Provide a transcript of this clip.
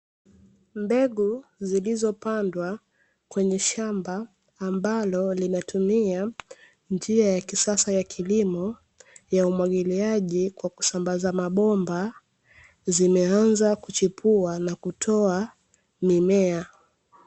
Mbegu zilizopandwa kwenye shamba ambalo linatumia njia ya kisasa ya kilimo, ya umwagiliaji kwa kusambaza mabomba, zimeanza kuchipua na kutoa mimea.